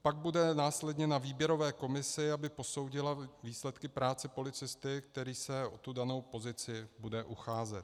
Pak bude následně na výběrové komisi, aby posoudila výsledky práce policisty, který se o danou pozici bude ucházet.